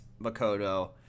Makoto